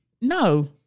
no